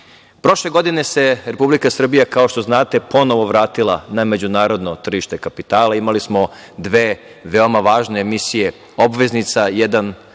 godine se Republika Srbija, kao što znate, ponovo vratila na međunarodno tržište kapitala. Imali smo dve veoma važne emisije obveznica. Jedna